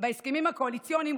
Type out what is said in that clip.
אינו נוכח גילה גמליאל,